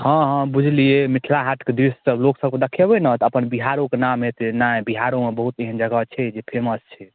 हँ हँ बुझलिए मिथिला हाटके दिस तऽ लोकसबके देखेबै ने तऽ अपन बिहारोके नाम हेतै ने बिहारोमे बहुत एहन जगह छै जे फेमस छै